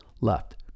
left